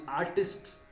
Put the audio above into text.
artist's